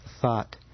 thought